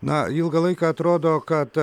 na ilgą laiką atrodo kad